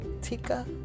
Tika